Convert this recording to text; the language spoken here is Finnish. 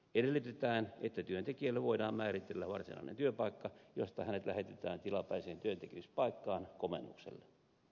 edellytetään että työntekijälle voidaan määritellä varsinainen työpaikka josta hänet lähetetään tilapäiseen työntekemispaikkaan komennukselle